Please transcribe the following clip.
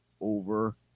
over